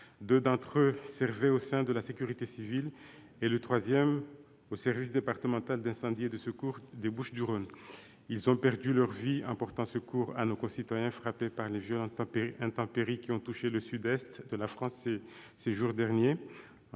Deux d'entre eux servaient au sein de la sécurité civile et le troisième au service départemental d'incendie et de secours des Bouches-du-Rhône. Ils ont perdu la vie en portant secours à nos concitoyens frappés par les violentes intempéries qui ont touché le sud-est de la France ces jours derniers.